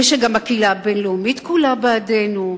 ושגם הקהילה הבין-לאומית כולה בעדנו,